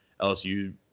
LSU